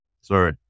Sorry